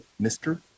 Mr